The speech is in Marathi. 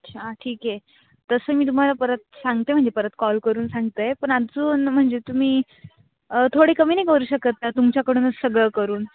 अच्छा ठीक आहे तसं मी तुम्हाला परत सांगते म्हणजे परत कॉल करून सांगते पण अजून म्हणजे तुम्ही थोडे कमी नाही करू शकत का तुमच्याकडूनच सगळं करून